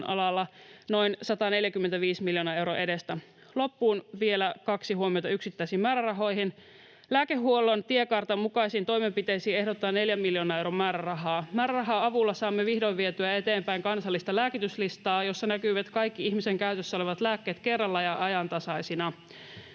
noin 145 miljoonan euron edestä. Loppuun vielä kaksi huomiota yksittäisiin määrärahoihin: Lääkehuollon tiekartan mukaisiin toimenpiteisiin ehdotetaan 4 miljoonan euron määrärahaa. Määrärahan avulla saamme vihdoin vietyä eteenpäin kansallista lääkityslistaa, jossa näkyvät kaikki ihmisen käytössä olevat lääkkeet kerralla ja ajantasaisina.